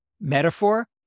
metaphor